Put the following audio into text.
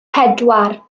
pedwar